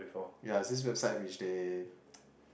yeah this website which they